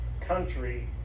country